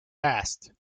asked